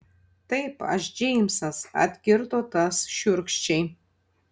taip aš džeimsas atkirto tas šiurkščiai